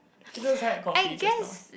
you just had a coffee just now